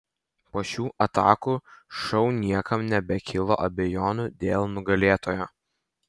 po šių atakų šou niekam nebekilo abejonių dėl nugalėtojo